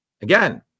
Again